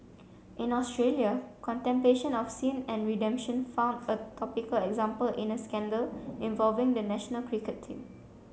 in Australia contemplation of sin and redemption found a topical example in a scandal involving the national cricket team